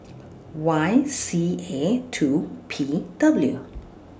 Y C A two P W